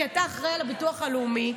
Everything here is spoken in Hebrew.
כי אתה אחראי על הביטוח לאומי,